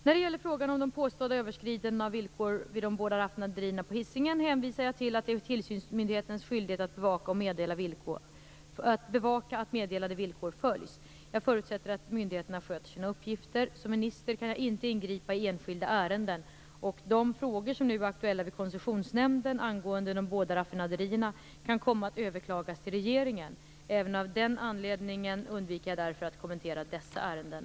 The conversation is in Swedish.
När det gäller frågan om de påstådda överskridandena av villkor vid de båda raffinaderierna på Hisingen hänvisar jag till att det är tillsynsmyndighetens skyldighet att bevaka att meddelade villkor följs. Jag förutsätter att myndigheterna sköter sina uppgifter. Som minister kan jag inte ingripa i enskilda ärenden. De frågor som nu är aktuella vid Koncessionsnämnden angående de båda raffinaderierna kan komma att överklagas till regeringen. Även av den anledningen undviker jag därför att kommentera dessa ärenden.